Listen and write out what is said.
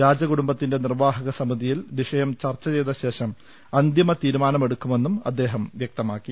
രാജകുടുംബത്തിന്റെ നിർവാഹക സമിതിയിൽ വിഷയം ചർച്ച ചെയ്ത ശേഷം അന്തിമ തീരുമാനമെടുക്കുമെന്നും അദ്ദേഹം വ്യക്തമാക്കി